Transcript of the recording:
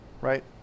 right